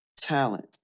talent